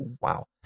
Wow